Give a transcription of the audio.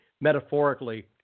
metaphorically